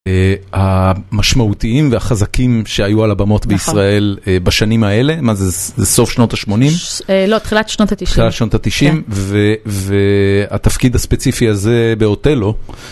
המשמעותיים והחזקים שהיו על הבמות בישראל בשנים האלה, מה זה, זה סוף שנות ה-80? לא, תחילת שנות ה-90. תחילת שנות ה-90? והתפקיד הספציפי הזה באותלו,